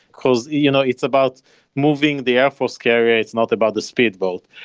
because you know it's about moving the air force carrier, it's not about the speedboat.